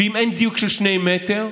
ואם אין דיוק של שני מטר,